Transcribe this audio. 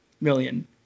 million